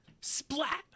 splat